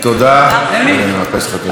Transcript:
חבריי חברי הכנסת,